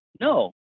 No